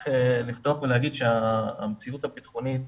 צריך לפתוח ולהגיד שהמציאות הביטחונית